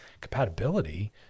Compatibility